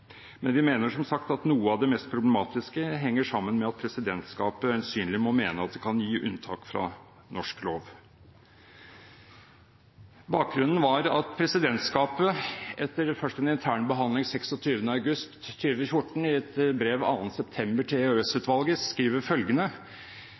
Men vi mener, som sagt, at noe av det mest problematiske henger sammen med at presidentskapet øyensynlig må mene at det kan gi unntak fra norsk lov. Bakgrunnen var at presidentskapet – etter først en intern behandling 26. august 2014 – i et brev av 2. september 2014 til